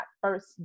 first